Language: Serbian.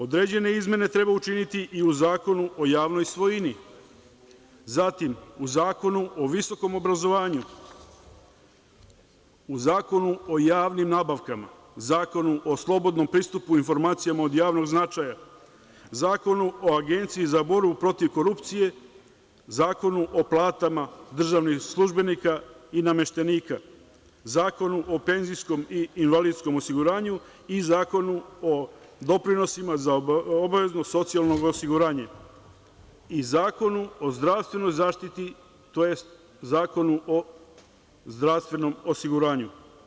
Određene izmene treba učiniti i u Zakonu o javnoj svojini, zatim, Zakonu o visokom obrazovanju, u Zakonu o javnim nabavkama, Zakonu o slobodnom pristupu informacijama od javnog značaja, Zakonu o Agenciji za borbu protiv korupcije, Zakonu o platama državnih službenika i nameštenika, Zakonu o penzijskom i invalidskom osiguranju i Zakonu o doprinosima za obavezno socijalno osiguranje i Zakonu o zdravstvenoj zaštiti, tj. Zakonu o zdravstvenom osiguranju.